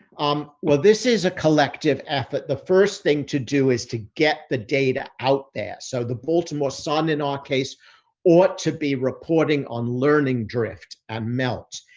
um well, this is a collective effort. the first thing to do is to get the data out there. so, the baltimore sun in our case ought to be reporting on learning drift and melt.